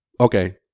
Okay